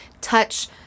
touch